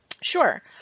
Sure